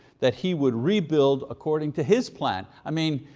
that he would rebuild according to his plan. i mean,